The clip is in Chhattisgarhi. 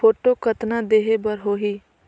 फोटो कतना देहें बर होहि?